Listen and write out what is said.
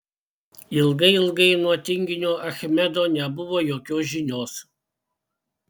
ilgai ilgai nuo tinginio achmedo nebuvo jokios žinios